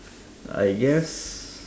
I guess